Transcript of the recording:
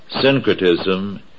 syncretism